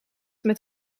met